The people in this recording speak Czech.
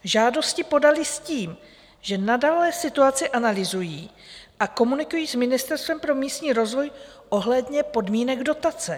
Žádosti podali s tím, že nadále situaci analyzují a komunikují s Ministerstvem pro místní rozvoj ohledně podmínek dotace.